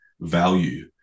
value